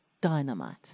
dynamite